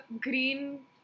green